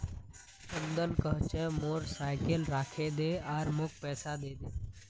चंदन कह छ मोर साइकिल राखे ले आर मौक पैसा दे दे